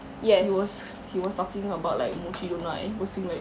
he was he was talking about like mochi doughnut and he was saying like